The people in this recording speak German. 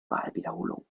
wahlwiederholung